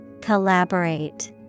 Collaborate